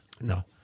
No